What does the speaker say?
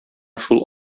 шул